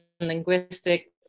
linguistic